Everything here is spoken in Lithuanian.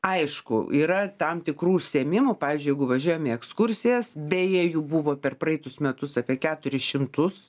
aišku yra tam tikrų užsiėmimų pavyzdžiui jeigu važiuojam į ekskursijas beje jų buvo per praeitus metus apie keturis šimtus